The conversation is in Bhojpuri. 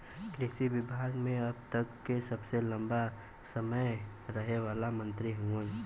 कृषि विभाग मे अब तक के सबसे लंबा समय रहे वाला मंत्री हउवन